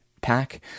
pack